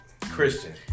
Christian